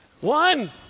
One